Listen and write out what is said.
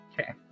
Okay